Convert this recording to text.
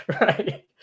right